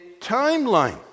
timeline